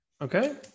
Okay